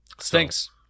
Stinks